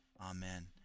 Amen